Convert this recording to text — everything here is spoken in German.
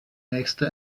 nächste